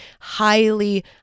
highly